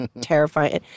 terrifying